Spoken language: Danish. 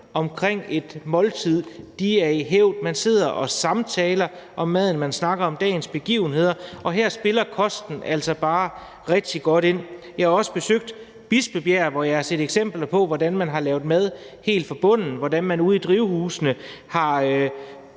omkring et måltid holdes i hævd, at man sidder og samtaler omkring maden og man snakker om dagens begivenheder, og her spiller kosten altså bare rigtig godt ind. Jeg har også besøgt Bispebjerg Hospital, hvor jeg har set eksempler på, hvordan man har lavet mad helt fra bunden, og hvordan man ude i drivhusene har